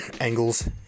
angles